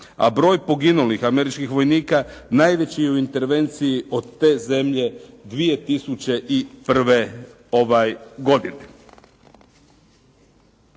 A broj poginulih američkih vojnika najveći je u intervenciji od te zemlje 2001. godine.